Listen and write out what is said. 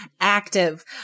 active